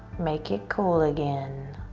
make it cool again.